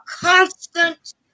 constant